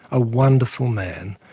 a wonderful man,